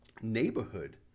neighborhood